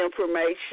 information